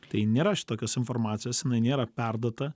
tai nėra šitokios informacijos jinai nėra perduota